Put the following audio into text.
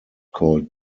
called